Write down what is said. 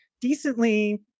decently